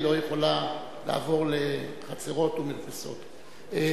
היא לא יכולה לעבור לחצרות ומרפסות.